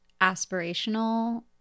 aspirational